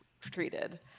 treated